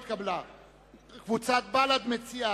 קבוצת סיעת רע"ם-תע"ל,